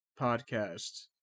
podcast